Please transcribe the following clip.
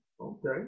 okay